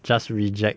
just reject